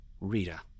Rita